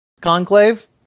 Conclave